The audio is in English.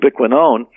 ubiquinone